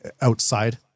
outside